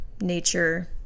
nature